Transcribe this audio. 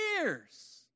years